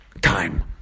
time